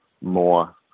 more